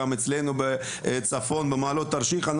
גם אצלנו בצפון במעלות תרשיחא,